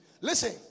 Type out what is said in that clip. Listen